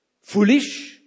foolish